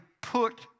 put